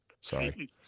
Sorry